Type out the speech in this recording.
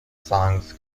songs